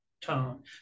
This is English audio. tone